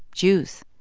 jews?